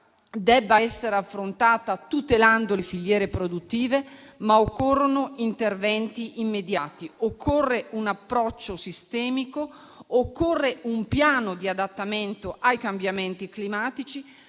debba essere affrontata tutelando le filiere produttive, ma occorrono interventi immediati. Occorrono un approccio sistemico e un piano di adattamento ai cambiamenti climatici.